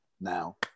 now